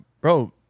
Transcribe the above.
Bro